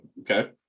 okay